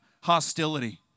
hostility